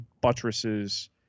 buttresses